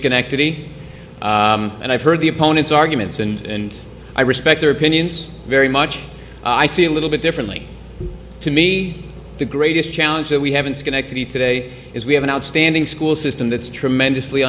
schenectady and i've heard the opponents arguments and i respect their opinions very much i see a little bit differently to me the greatest challenge that we have in schenectady today is we have an outstanding school system that's tremendously